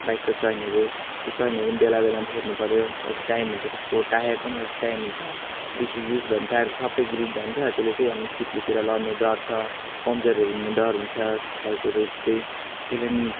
बाइकको चेनहरू त्यो चेनहरू पनि बेलाबेलामा फेर्नु पऱ्यो एउटा टाइम हुन्छ त्यसको टायरको पनि एउटा टाइम हुन्छ बेसी युज भयो भने टायरको सबै ग्रिप जान्छ त्यसले चाहिँ अनि चिप्लोतिर लड्ने डर छ पङ्चरहरू हुने डर हुन्छ बाइकहरू छिटै त्यही लागि